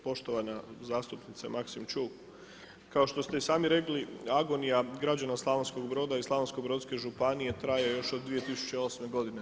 Poštovana zastupnice Maksimčuk, kao što ste i sami rekli, agonija građa Slavonskog Broda i Slavonsko-brodske županije traje još od 2008. godine.